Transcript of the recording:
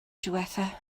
diwethaf